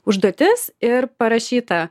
užduotis ir parašyta